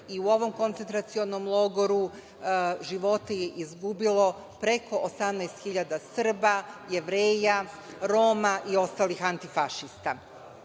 i u ovom koncentracionom logoru život je izgubilo preko 18 hiljada Srba, Jevreja, Roma i ostalih antifašista.Zašto